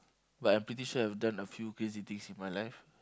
but I'm pretty sure I've done a few crazy things in my life